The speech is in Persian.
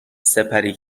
سپری